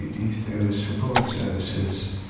if there was support services,